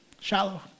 shallow